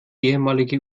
ehemalige